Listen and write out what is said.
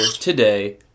today